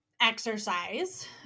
exercise